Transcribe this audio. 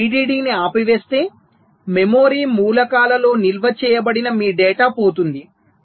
మీరు VDD ని ఆపివేస్తే మెమరీ మూలకాలలో నిల్వ చేయబడిన మీ డేటా పోతుంది